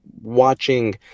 watching